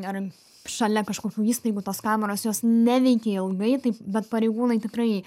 ar šalia kažkokių įstaigų tos kameros jos neveikia ilgai tai bet pareigūnai tikrai